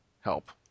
help